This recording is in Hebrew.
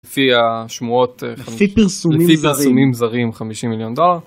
לפי השמועות לפי פרסומים זרים 50 מיליון דולר.